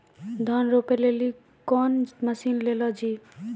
धान रोपे लिली कौन मसीन ले लो जी?